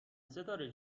ستاره